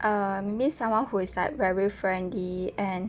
uh maybe someone who is like very friendly and